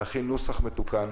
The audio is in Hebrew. להכין נוסח מתוקן